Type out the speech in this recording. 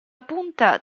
punta